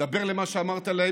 דבר למה שאמרת להם,